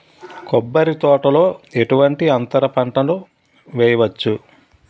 కొబ్బరి తోటలో ఎటువంటి అంతర పంటలు వేయవచ్చును?